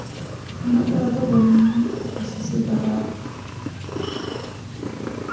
ᱩᱱᱟᱹᱜ ᱫᱚ ᱟᱫᱚ ᱵᱟᱹᱧ ᱠᱩᱥᱤ ᱥᱟᱹᱛ ᱟᱫᱟ